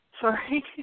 Sorry